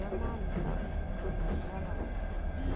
जमा निकासी करल जाला